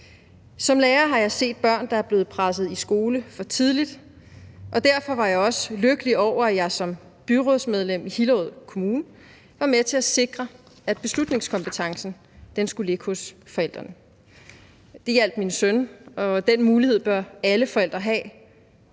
Som lærer har jeg set børn, der er blevet presset i skole for tidligt, og derfor var jeg også lykkelig over, at jeg som byrådsmedlem i Hillerød Kommune var med til at sikre, at beslutningskompetencen skulle ligge hos forældrene. Det hjalp min søn, og den mulighed bør alle forældre have.